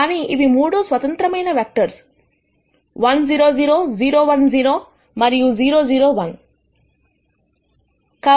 కానీ ఇవి మూడు స్వతంత్రమైన ఐగన్ వెక్టర్స్ 100 010 మరియు 00 1